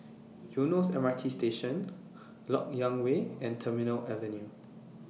Eunos M R T Station Lok Yang Way and Terminal Avenue